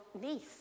niece